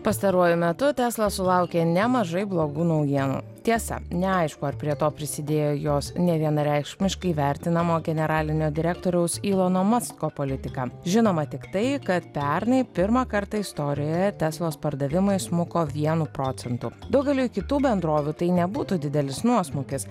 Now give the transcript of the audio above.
pastaruoju metu tesla sulaukė nemažai blogų naujienų tiesa neaišku ar prie to prisidėjo jos nevienareikšmiškai vertinamo generalinio direktoriaus ylono masko politika žinoma tik tai kad pernai pirmą kartą istorijoje teslos pardavimai smuko vienu procentu daugeliui kitų bendrovių tai nebūtų didelis nuosmukis